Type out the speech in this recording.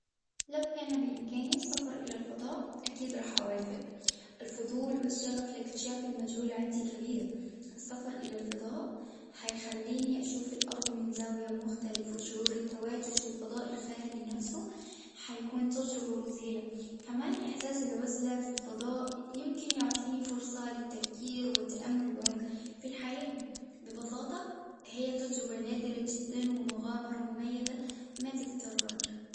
لو كان بإمكاني السفر إلى الفضاء أكيد راح أوافق، الفضول والشغف لاكتشاف المجهول عندي كبير، السفر إلى الفضاء هيخليني أشوف الأرض من زاوية مختلف وشعور التواجد في الفضاء الخارجي نفسه هيكون تجربة مذهلة، كمان إحساس العزلة في الفضاء يمكن يعطيني فرصة للتفكير والتأمل بعمق في الحياة ببساطة هي تجربة نادرة جدًا ومغامرة مميزة ما تتكرر.